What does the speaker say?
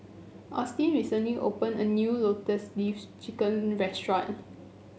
Austyn recently opened a new Lotus Leaf Chicken restaurant